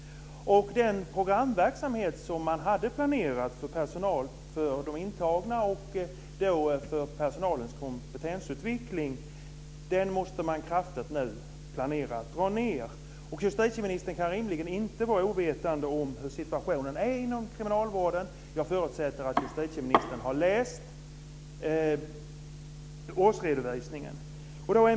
Den programverksamhet som man hade planerat för intagna och för personalens kompetensutveckling måste nu kraftigt dras ned. Justitieministern kan rimligen inte vara ovetande om hur situationen är inom kriminalvården. Jag förutsätter att justitieministern har läst årsredovisningen.